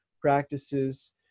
practices